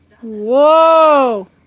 whoa